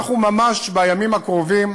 אנחנו ממש בימים הקרובים